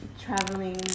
traveling